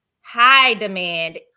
high-demand